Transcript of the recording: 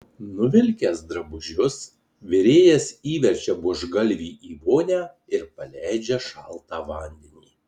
nuvilkęs drabužius virėjas įverčia buožgalvį į vonią ir paleidžia šaltą vandenį